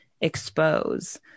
expose